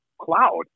cloud